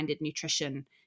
nutrition